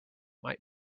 might